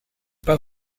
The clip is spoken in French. pas